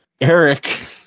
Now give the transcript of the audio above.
Eric